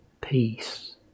peace